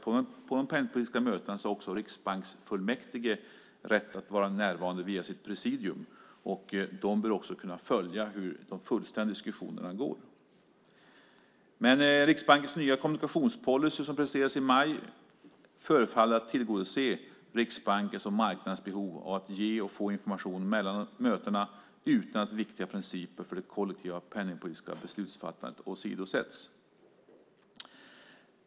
På de penningpolitiska mötena har också riksbanksfullmäktige rätt att vara närvarande via sitt presidium. De bör kunna följa hur de fullständiga diskussionerna går. Men Riksbankens nya kommunikationspolicy som presenterades i maj förefaller tillgodose Riksbankens och marknadens behov av att ge och få information mellan mötena utan att viktiga principer för det kollektiva penningpolitiska beslutsfattandet åsidosätts.